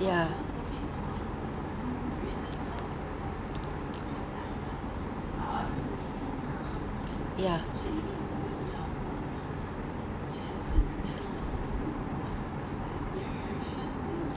ya ya